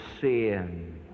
sin